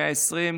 והמאה ה-20,